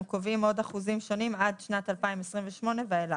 קובעים עוד אחוזים שונים עד שנת 2028 ואילך.